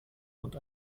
und